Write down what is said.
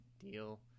deal